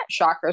Chakras